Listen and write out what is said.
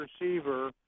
receiver